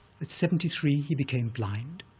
but seventy three, he became blind.